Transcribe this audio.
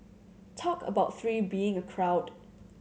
talk about three being a crowd